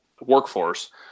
workforce